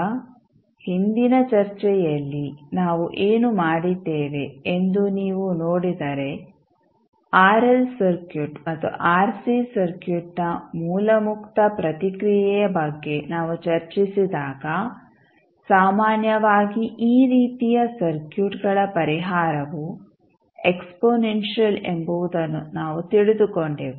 ಈಗ ಹಿಂದಿನ ಚರ್ಚೆಯಲ್ಲಿ ನಾವು ಏನು ಮಾಡಿದ್ದೇವೆ ಎಂದು ನೀವು ನೋಡಿದರೆ ಆರ್ಎಲ್ ಸರ್ಕ್ಯೂಟ್ ಮತ್ತು ಆರ್ಸಿ ಸರ್ಕ್ಯೂಟ್ನ ಮೂಲ ಮುಕ್ತ ಪ್ರತಿಕ್ರಿಯೆಯ ಬಗ್ಗೆ ನಾವು ಚರ್ಚಿಸಿದಾಗ ಸಾಮಾನ್ಯವಾಗಿ ಈ ರೀತಿಯ ಸರ್ಕ್ಯೂಟ್ಗಳ ಪರಿಹಾರವು ಎಕ್ಸ್ಪೋನೆಂಶಿಯಲ್ ಎಂಬುವುದನ್ನು ನಾವು ತಿಳಿದುಕೊಂಡೆವು